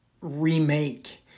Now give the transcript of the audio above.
remake